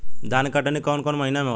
धान के कटनी कौन महीना में होला?